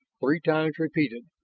three times repeated.